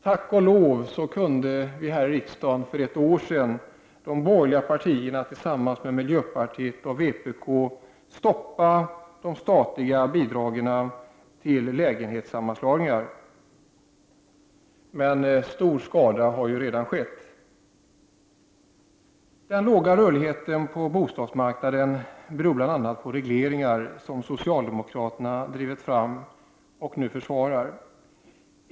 Tack och lov kunde de borgerliga partierna tillsammans med miljöpartiet och vpk för ett år sedan här i riksdagen stoppa de statliga bidragen till lägenhetssammanslagningar. Men stor skada har redan skett. Den lilla rörligheten på bostadsmarknaden beror bl.a. på regleringar som socialdemokraterna drivit igenom och försvarar.